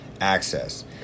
access